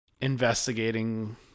investigating